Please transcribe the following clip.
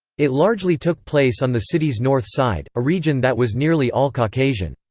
it largely took place on the city's north side, a region that was nearly all caucasian.